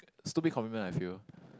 stupid commitment I feel